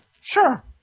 Sure